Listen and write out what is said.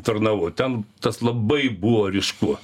tarnavau ten tas labai buvo ryšku